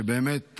שבאמת,